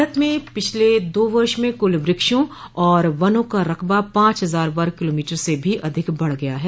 भारत में पिछले दो वर्ष में कुल वृक्षों और वनों का रकबा पांच हजार वर्ग किलोमीटर से भी अधिक बढ़ गया है